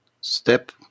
step